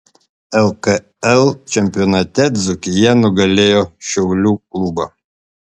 lkl čempionate dzūkija nugalėjo šiaulių klubą